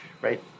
right